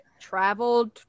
traveled